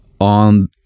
On